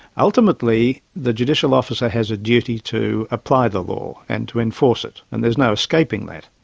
ultimately the judicial officer has a duty to apply the law and to enforce it, and there's no escaping that.